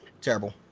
Terrible